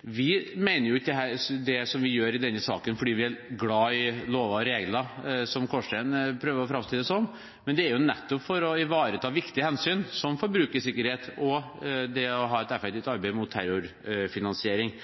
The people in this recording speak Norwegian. Vi mener ikke det vi gjør i denne saken fordi vi er glad i lover og regler, som Kårstein prøver å framstille det som, men nettopp for å ivareta viktige hensyn som forbrukersikkerhet og det å ha et effektivt arbeid mot terrorfinansiering.